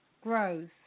grows